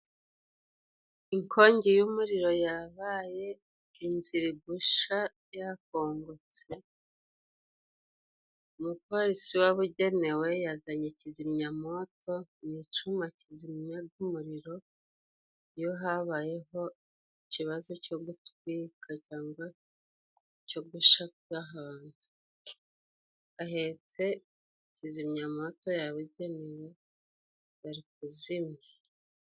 Inkongi y'umuriro yabaye inzu iri gusha yakongotse, umuporisi wabugenewe yazanye kizimyamoto. Ni icyuma kizimya umuriro iyo habayeho ikibazo cyo gutwika cyangwa cyo gushakaga ahetse kizimyamoto yabugenewe bari kuzimya.